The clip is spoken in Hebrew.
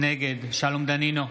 נגד שלום דנינו,